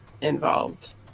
involved